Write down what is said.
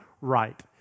right